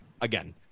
again